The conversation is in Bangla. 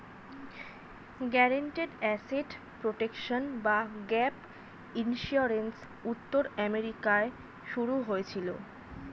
গ্যারান্টেড অ্যাসেট প্রোটেকশন বা গ্যাপ ইন্সিওরেন্স উত্তর আমেরিকায় শুরু হয়েছিল